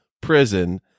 prison